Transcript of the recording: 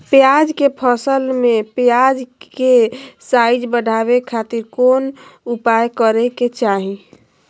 प्याज के फसल में प्याज के साइज बढ़ावे खातिर कौन उपाय करे के चाही?